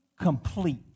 complete